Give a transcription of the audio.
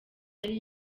yari